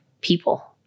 people